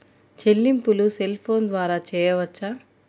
చెల్లింపులు cell phone ద్వారా చేయవచ్చా?